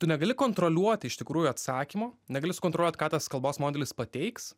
tu negali kontroliuoti iš tikrųjų atsakymo negali sukontroliuot ką tas kalbos modelis pateiks